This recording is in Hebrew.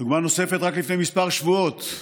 דוגמה נוספת: רק לפני כמה שבועות,